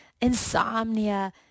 insomnia